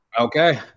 Okay